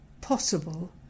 possible